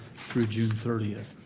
through june thirtieth.